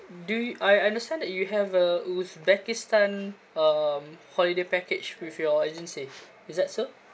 do I understand that you have a uzbekistan um holiday package with your agency is that so